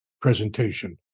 presentation